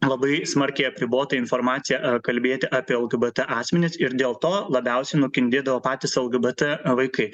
labai smarkiai apribota informacija ar kalbėti apie lgbt asmenis ir dėl to labiausiai nukentėdavo patys lgbt vaikai